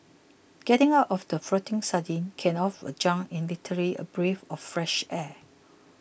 getting out of that floating sardine can of a junk is literally a breath of fresh air